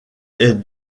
est